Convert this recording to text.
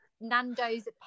Nando's